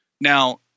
Now